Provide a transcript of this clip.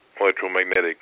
electromagnetic